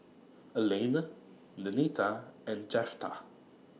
Elaine Denita and Jeptha